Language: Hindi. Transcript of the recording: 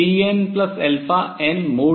2 nn